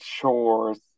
chores